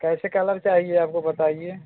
कैसे कलर चाहिए आपको बताइए